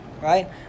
right